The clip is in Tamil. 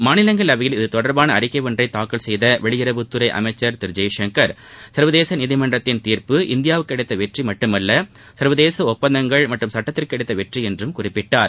மாநிலங்களவையில் இது தொடர்பான அறிக்கை ஒன்றை தாக்கல் செய்க வெளியுறவுத்துறை அமைச்சர் திரு ஜெய்சங்கர் சர்வதேச நீதிமன்றத்தின் தீர்ப்பு இந்தியாவுக்கு கிடைத்த வெற்றி மட்டுமல்ல சர்வதேச ஒப்பந்தங்கள் மற்றும் சட்டத்திற்கு கிடைத்த வெற்றி என்றும் குறிப்பிட்டார்